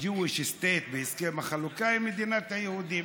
ה-Jewish State בהסכם החלוקה, היא מדינת היהודים.